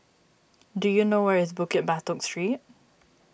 do you know where is Bukit Batok Street